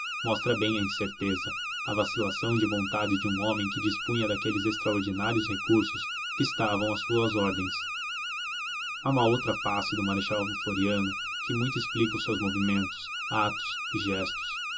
mostra bem a incerteza a vacilação de vontade de um homem que dispunha daqueles extraordinários recursos que estavam às suas ordens há uma outra face do marechal floriano que muito explica os seus movimentos atos e gestos